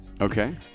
Okay